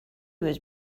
was